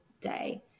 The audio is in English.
day